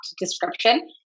description